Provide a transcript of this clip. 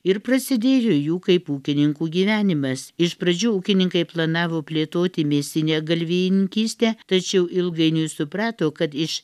ir prasidėjo jų kaip ūkininkų gyvenimas iš pradžių ūkininkai planavo plėtoti mėsinę galvijininkystę tačiau ilgainiui suprato kad iš